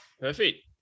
Perfect